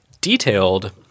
detailed